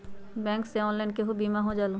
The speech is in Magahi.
बैंक से ऑनलाइन केहु बिमा हो जाईलु?